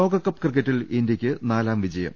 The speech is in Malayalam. ലോകകപ്പ് ക്രിക്കറ്റിൽ ഇന്തൃയ്ക്ക് നാലാം വിജയം